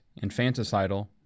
infanticidal